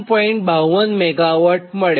52 MW મળે